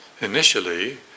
Initially